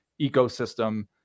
ecosystem